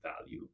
value